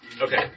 Okay